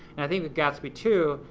and i think with gatsby too,